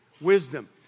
wisdom